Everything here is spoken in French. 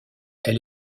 elle